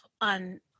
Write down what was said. on